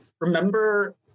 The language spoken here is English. remember